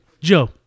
Joe